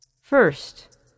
First